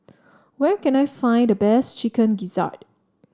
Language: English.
where can I find the best Chicken Gizzard